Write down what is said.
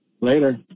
Later